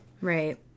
Right